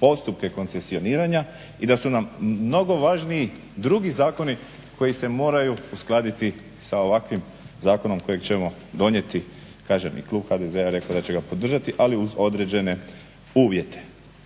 postupke koncesioniranja i da su nam mnogo važniji drugi zakoni koji se moraju uskladiti sa ovakvim zakonom kojeg ćemo donijeti, kažem i klub HDZ-a je rekao da će ga podržati ali uz određen uvjete.